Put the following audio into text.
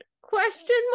question